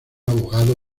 abogado